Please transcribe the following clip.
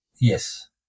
Yes